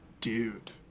dude